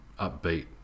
upbeat